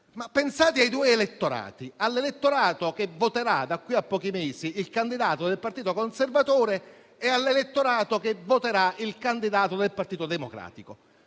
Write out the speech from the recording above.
Pensate ai due elettorati: all'elettorato che voterà da qui a pochi mesi il candidato del Partito Repubblicano e all'elettorato che voterà il candidato del Partito Democratico.